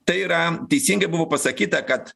tai yra teisingai buvo pasakyta kad